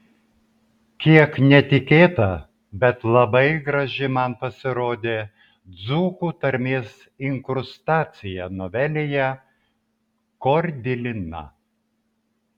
kiek netikėta bet labai graži man pasirodė dzūkų tarmės inkrustacija novelėje kordilina